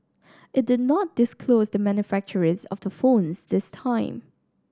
it did not disclose the manufacturers of the phones this time